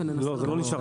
זה לא נשאר,